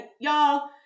y'all